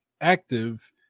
active